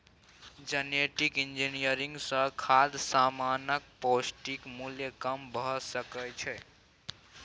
genetic engineering सँ खाद्य समानक पौष्टिक मुल्य कम भ सकै छै